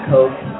Coke